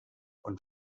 und